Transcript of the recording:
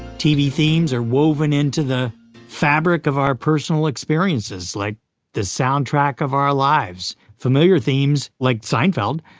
tv themes are woven into the fabric of our personal experiences, like the soundtrack of our lives. familiar themes, like seinfeld,